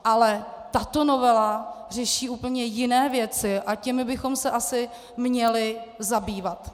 Ale tato novela řeší úplně jiné věci a těmi bychom se asi měli zabývat.